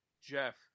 Jeff